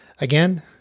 Again